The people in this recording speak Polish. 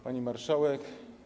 Pani Marszałek!